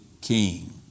king